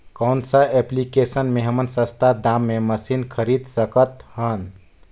कौन सा एप्लिकेशन मे हमन सस्ता दाम मे मशीन खरीद सकत हन?